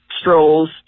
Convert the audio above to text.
strolls